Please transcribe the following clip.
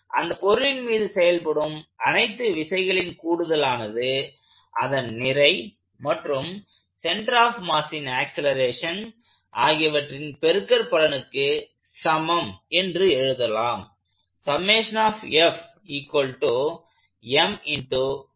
முதலில் அந்த பொருளின் மீது செயல்படும் அனைத்து விசைகளின் கூடுதலானது அதன் நிறை மற்றும் சென்டர் ஆஃப் மாஸின் ஆக்சலேரேஷன் ஆகிவற்றின் பெருக்கற்பலனுக்கு சமம் என்று எழுதலாம்